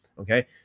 okay